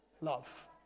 love